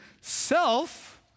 self